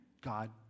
God